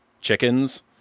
chickens